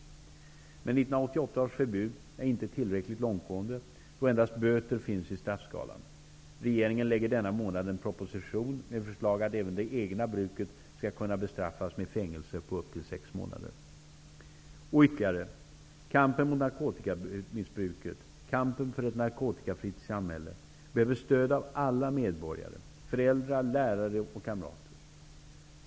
Men 1988 års förbud är inte tillräckligt långtgående, då endast böter finns i straffskalan. Regeringen lägger denna månad fram en proposition med förslag om att även det egna bruket skall kunna bestraffas med fängelse på upp till sex månader. Och ytterligare: Kampen mot narkotikamissbruket och kampen för ett narkotikafritt samhället behöver stöd av alla medborgare, föräldrar, lärare och kamrater.